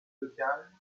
locale